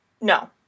No